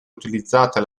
utilizzata